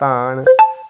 धान